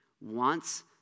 wants